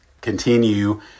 continue